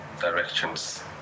directions